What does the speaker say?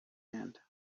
hand